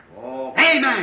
Amen